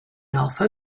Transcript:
also